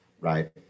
right